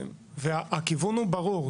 הכיוון הוא ברור.